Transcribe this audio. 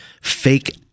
fake